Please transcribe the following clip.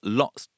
lots